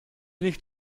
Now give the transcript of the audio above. nicht